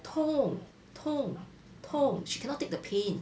痛痛痛 she cannot take the pain